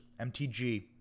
MTG